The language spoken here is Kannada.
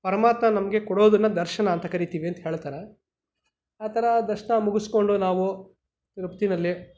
ಪರಮಾತ್ಮ ನಮಗೆ ಕೊಡೋದನ್ನ ದರ್ಶನ ಅಂತ ಕರೀತೀವಿ ಅಂತ ಹೇಳ್ತಾರೆ ಆ ಥರ ದರ್ಶನ ಮುಗಿಸ್ಕೊಂಡು ನಾವು ತಿರುಪತಿನಲ್ಲಿ